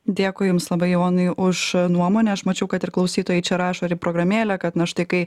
dėkui jums labai jonai už nuomonę aš mačiau kad ir klausytojai čia rašo ir į programėlę kad na štai kai